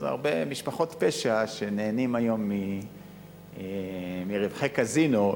אז הרבה משפחות פשע שנהנות היום מרווחי קזינו,